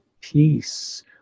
peace